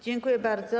Dziękuję bardzo.